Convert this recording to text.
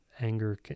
Anger